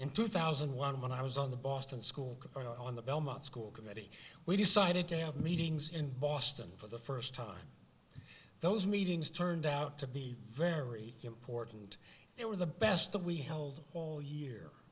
in two thousand and one when i was on the boston school on the belmont school committee we decided to have meetings in boston for the first time those meetings turned out to be very important they were the best that we held all year